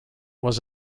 was